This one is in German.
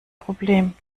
problem